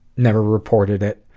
never reported it.